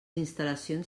instal·lacions